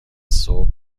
صبح